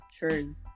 True